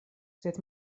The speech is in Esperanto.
sed